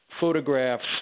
photographs